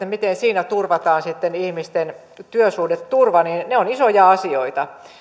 miten siinä vaiheessa turvataan sitten ihmisten työsuhdeturva ne ovat isoja asioita